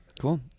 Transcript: Cool